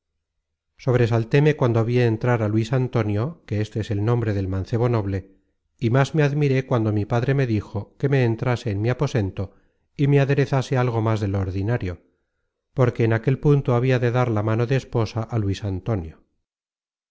manos sobresaltéme cuando vi entrar á luis antonio que éste es el nombre del mancebo noble y más me admiré cuando mi padre me dijo que me entrase en mi aposento y me aderezase algo más de lo ordinario porque en aquel punto habia de dar la mano de esposa á luis antonio